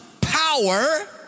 power